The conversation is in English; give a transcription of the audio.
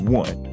one